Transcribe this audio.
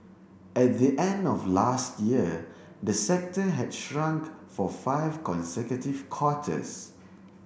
at the end of last year the sector had shrunk for five consecutive quarters